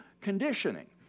conditioning